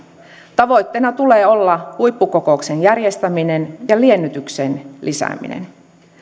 tavoitteena tulee olla huippukokouksen järjestäminen ja liennytyksen lisääminen